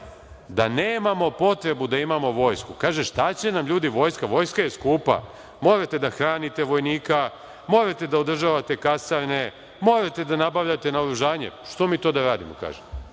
da nemamo potrebu da imamo vojsku. Kaže - šta će nam, ljudi, vojska, vojska je skupa, morate da hranite vojnika, morate da održavate kasarne, morate da nabavljate naoružanje, zašto mi to da radimo,